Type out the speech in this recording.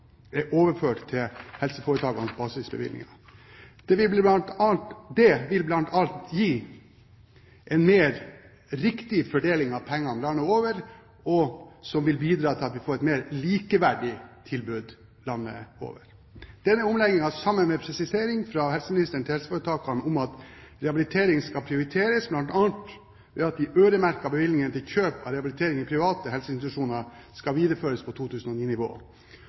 er overført til helseforetakenes basisbevilgninger. Det vil bl.a. gi en mer riktig fordeling av pengene og bidra til at vi får et mer likeverdig tilbud landet over. Denne omleggingen, sammen med presisering fra helseministeren til helseforetakene om at rehabilitering skal prioriteres, bl.a. ved at de øremerkede bevilgningene til kjøp av rehabilitering i private helseinstitusjoner skal videreføres på